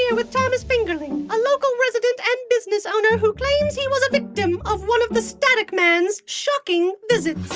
and with thomas fingerling, a local resident and business owner who claims he was a victim of one of the static man's shocking visits